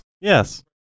Yes